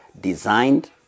designed